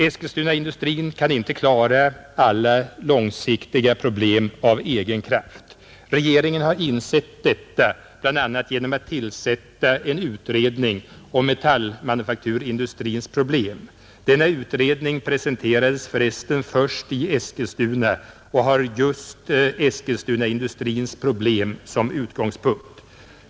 Eskilstunaindustrin kan inte klara alla långsiktiga problem av egen kraft. Regeringen har insett detta, bl.a. genom att tillsätta en utredning om metallmanufakturindustrins problem, Denna utredning presenterades för övrigt först i Eskilstuna och har just Eskilstunaindustrins problem som utgångspunkt.